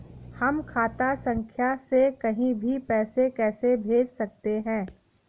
हम खाता संख्या से कहीं भी पैसे कैसे भेज सकते हैं?